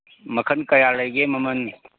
ꯃꯈꯟ ꯀꯌꯥ ꯂꯩꯒꯦ ꯃꯃꯟ